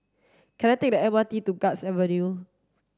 can I take the M R T to Guards Avenue